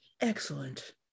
excellent